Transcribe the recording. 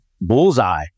bullseye